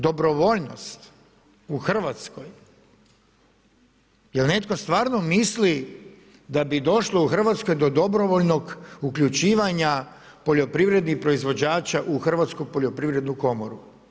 Dobrovoljnost u Hrvatskoj, jel netko stvarno misli da bi došlo u Hrvatskoj do dobrovoljnog uključivanja poljoprivrednih proizvođača u Hrvatsku poljoprivrednu komoru?